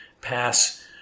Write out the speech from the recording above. pass